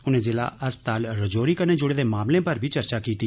उनें जिला अस्पताल राजौरी कन्नै जुड़े दे मामलें पर बी चर्चा कीती